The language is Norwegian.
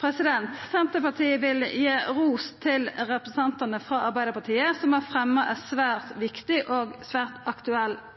Senterpartiet vil gi ros til representantane frå Arbeidarpartiet, som har fremja eit svært viktig og svært